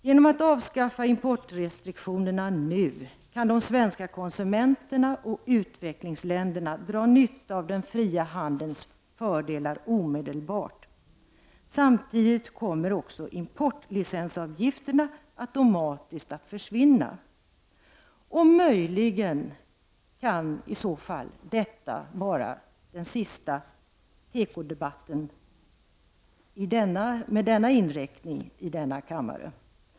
Genom att exportrestriktionerna avskaffas nu kan de svenska konsumenterna och utvecklingsländerna dra nytta av den fria handelns fördelar omedelbart. Samtidigt kommer också importlicensavgifterna automatiskt att försvinna. Möjligen kan detta i så fall vara den sista tekodebatten med denna inriktning i denna kammare.